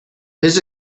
his